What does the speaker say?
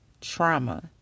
trauma